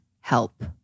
help